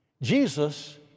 Jesus